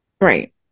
Right